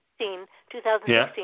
2016